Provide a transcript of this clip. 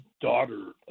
daughter